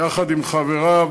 יחד עם חבריו,